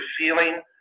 feeling